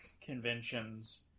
conventions